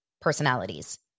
personalities